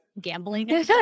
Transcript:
gambling